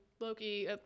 loki